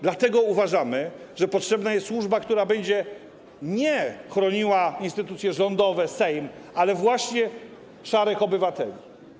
Dlatego uważamy, że potrzebna jest służba, która będzie chroniła nie instytucje rządowe, nie Sejm, ale właśnie szarych obywateli.